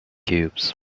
cubes